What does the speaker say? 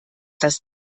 das